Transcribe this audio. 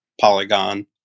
Polygon